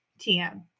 TM